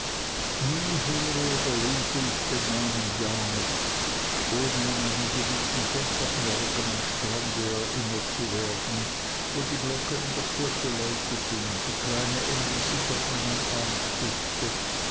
oder lese ich den namen yarmouth ohne an einen gewissen sonntagmorgen am strande erinnert zu werden wo die glocken in der kirche läuteten die kleine emly sich auf meinen arm stützte